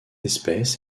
espèce